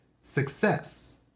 success